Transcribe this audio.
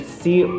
see